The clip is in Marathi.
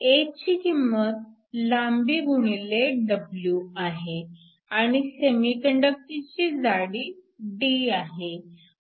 A ची किंमत लांबी गुणिले W आहे आणि सेमीकंडक्टरची जाडी D आहे